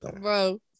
Bro